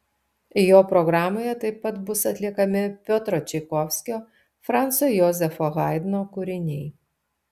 jo programoje taip pat bus atliekami piotro čaikovskio franco jozefo haidno kūriniai